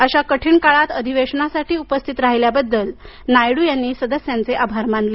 अशा कठीण काळातही अधिवेशनसाठी उपस्थित राहिल्याबद्दल नायडू यांनी सदस्यांचे आभार मानले